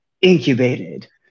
incubated